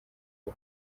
uko